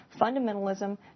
fundamentalism